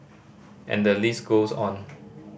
and the list goes on